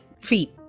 feet